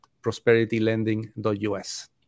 prosperitylending.us